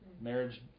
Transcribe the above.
marriage